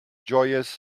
joyous